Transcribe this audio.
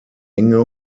enge